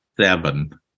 seven